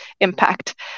impact